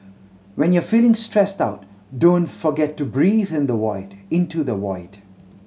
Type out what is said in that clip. when you are feeling stressed out don't forget to breathe into the void